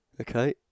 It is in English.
Okay